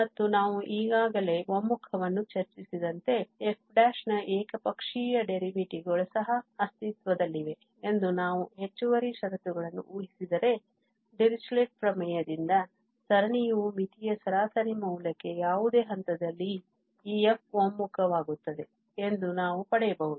ಮತ್ತು ನಾವು ಈಗಾಗಲೇ ಒಮ್ಮುಖ ವನ್ನು ಚರ್ಚಿಸಿದಂತೆ f ನ ಏಕಪಕ್ಷೀಯ derivative ಗಳು ಸಹ ಅಸ್ತಿತ್ವದಲ್ಲಿವೆ ಎಂದು ನಾವು ಹೆಚ್ಚುವರಿ ಷರತ್ತುಗಳನ್ನು ಊಹಿಸಿದರೆ ಡಿರಿಚ್ಲೆಟ್ನDirichlet's ಪ್ರಮೇಯದಿಂದ ಸರಣಿಯು ಮಿತಿಯ ಸರಾಸರಿ ಮೌಲ್ಯಕ್ಕೆ ಯಾವುದೇ ಹಂತದಲ್ಲಿ ಈ f ಒಮ್ಮುಖ ವಾಗುತ್ತದೆ ಎಂದು ನಾವು ಪಡೆಯಬಹುದು